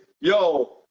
yo